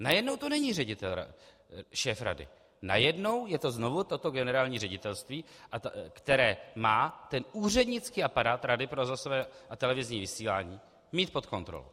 Najednou to není ředitel, šéf rady, najednou je to znovu toto generální ředitelství, které má ten úřednický aparát Rady pro rozhlasové a televizní vysílání mít pod kontrolou.